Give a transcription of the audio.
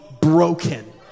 broken